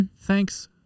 Thanks